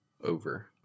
over